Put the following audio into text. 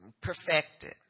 perfected